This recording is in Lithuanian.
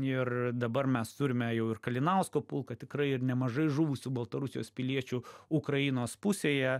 ir dabar mes turime jau ir kalinausko pulką tikrai ir nemažai žuvusių baltarusijos piliečių ukrainos pusėje